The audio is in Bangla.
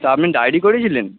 তা আপনি ডাইরি করেছিলেন